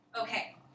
Okay